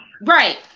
Right